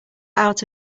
out